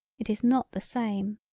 it is not the same.